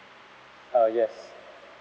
uh yes